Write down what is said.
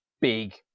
big